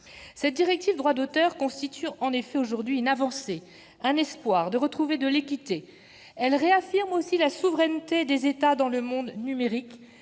Cette directive sur le droit d'auteur constitue en effet une avancée, un espoir de retrouver de l'équité. Elle réaffirme aussi la souveraineté des États dans le monde numérique.